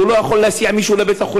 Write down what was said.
אז הוא לא יכול להסיע מישהו לבית-החולים.